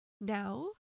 now